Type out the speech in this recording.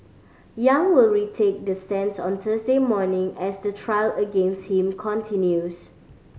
Yang will retake the stands on Thursday morning as the trial against him continues